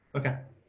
okay.